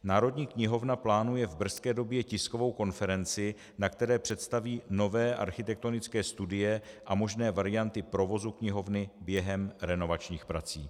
Národní knihovna plánuje v brzké době tiskovou konferenci, na které představí nové architektonické studie a možné varianty provozu knihovny během renovačních prací.